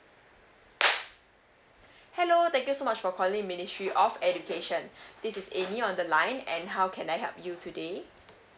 hello thank you so much for calling ministry of education this is amy on the line and how can I help you today